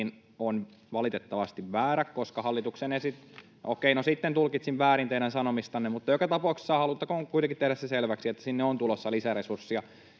[Niina Malm: Minä en sanonut niin!] — okei, no sitten tulkitsin väärin teidän sanomistanne. — Joka tapauksessa haluttakoon kuitenkin tehdä selväksi se, että sinne on tulossa lisäresurssia.